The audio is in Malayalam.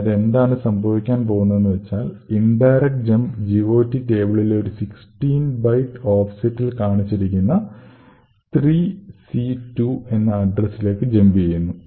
അതായത് എന്താണ് സംഭവിക്കാൻ പോകുന്നതെന്നുവച്ചാൽ ഇൻഡയറക്ട് ജംപ് GOT ടേബിളിലെ ഒരു 16 ബൈറ്റ് ഓഫ്സെറ്റിൽ കാണിച്ചിരിക്കുന്ന 3c2 എന്ന അഡ്രസിലേക് ജംപ് ചെയ്യുന്നു